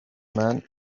man